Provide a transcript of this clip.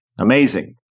amazing